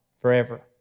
forever